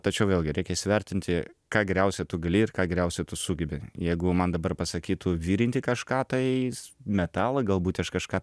tačiau vėlgi reikia įsivertinti ką geriausia tu gali ir ką geriausio tu sugebi jeigu man dabar pasakytų virinti kažką tais metalą galbūt aš kažką